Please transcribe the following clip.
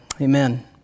Amen